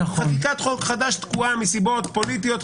חקיקת חוק חדש תקועה מסיבות פוליטיות,